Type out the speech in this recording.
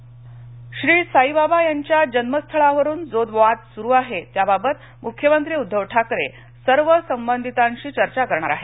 साईबाबा श्री साईबाबा यांच्या जन्मस्थळावरून जो वाद सुरू आहे त्याबाबत मुख्यमंत्री उद्धव ठाकरे सर्व संबंधितांशी चर्चा करणार आहेत